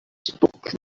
spoke